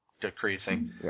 Decreasing